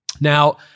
Now